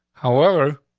however,